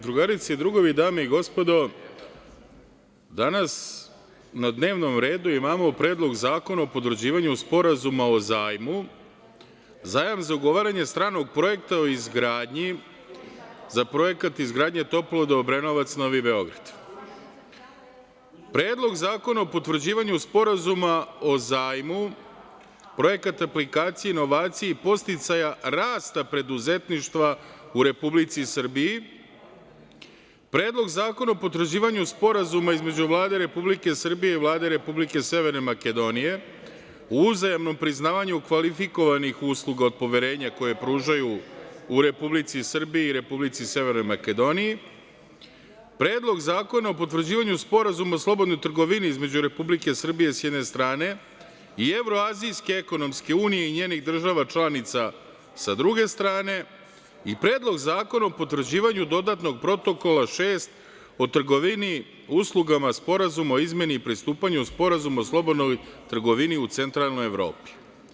Drugarice i drugovi, dame i gospodo, danas na dnevnom redu imamo Predlog zakona o potvrđivanju Sporazuma o zajmu, zajam za ugovaranje stranog projekta o izgradnji, za projekat izgradnje toplovoda Obrenovac, Novi Beograd, Predlog zakona o potvrđivanju Sporazuma o zajmu, projekat aplikacije, inovaciji, podsticaja rasta preduzetništva u Republici Srbiji, Predlog zakona o potvrđivanju Sporazuma između Vlade Republike Srbije i Vlade Republike Severne Makedonije, o uzajamnom priznavanju kvalifikovanih usluga od poverenja koje pružaju u Republici Srbiji i Republici Severne Makedonije, Predlog zakona o potvrđivanju Sporazuma o slobodnoj trgovini između Republike Srbije, s jedne strane, i Evroazijske ekonomske unije i njenih država članica sa druge strane i Predlog zakona o potvrđivanju dodatnog protokola 6. o trgovini uslugama Sporazuma o izmeni i pristupanju o Sporazumu o slobodnoj trgovini u Centralnoj Evropi.